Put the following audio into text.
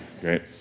Great